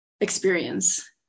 experience